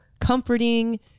comforting